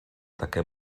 také